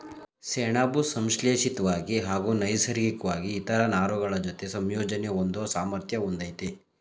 ಸೆಣಬು ಸಂಶ್ಲೇಷಿತ್ವಾಗಿ ಹಾಗೂ ನೈಸರ್ಗಿಕ್ವಾಗಿ ಇತರ ನಾರುಗಳಜೊತೆ ಸಂಯೋಜನೆ ಹೊಂದೋ ಸಾಮರ್ಥ್ಯ ಹೊಂದಯ್ತೆ